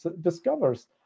discovers